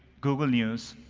google news,